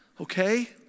Okay